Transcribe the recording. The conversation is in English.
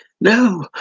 No